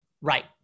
Right